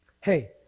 hey